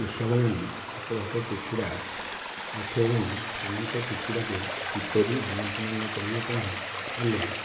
କୃଷକ ମାନେ ଆଖପାଖ କୁକୁଡ଼ା ରକ୍ଷକମାନେ ସେମାନଙ୍କ କୁକୁଡ଼ାକୁ କିପରି ଉନ୍ନତ ମାନର କରିବା ପାଇଁ ହେଲେ